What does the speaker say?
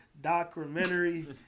documentary